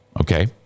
okay